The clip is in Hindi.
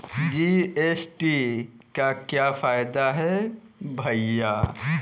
जी.एस.टी का क्या फायदा है भैया?